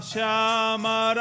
Shama